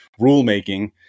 rulemaking